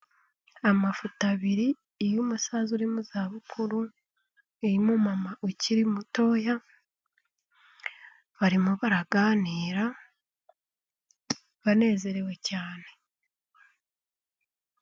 Amafoto abiri, iy'umusaza uri mu zabukuru, irimo umu mama ukiri mutoya, barimo baraganira banezerewe cyane.